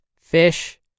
fish